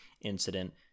incident